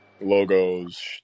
logos